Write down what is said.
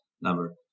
number